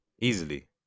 easily